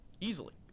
Easily